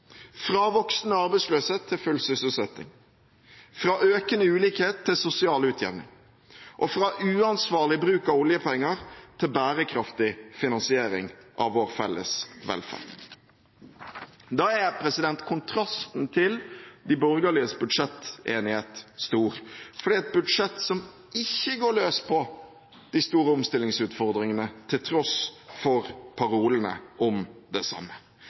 fra voksende arbeidsløshet til full sysselsetting, fra økende ulikhet til sosial utjevning og fra uansvarlig bruk av oljepenger til bærekraftig finansiering av vår felles velferd. Da er kontrasten til de borgerliges budsjettenighet stor, for det er et budsjett som ikke går løs på de store omstillingsutfordringene til tross for parolene om det samme.